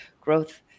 growth